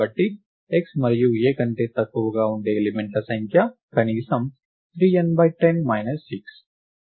కాబట్టి x మరియు A కంటే తక్కువగా ఉండే ఎలిమెంట్ల సంఖ్య కనీసం 3 n 10 6